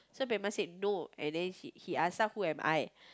so said no and then he he asks ah who am I